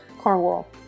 Cornwall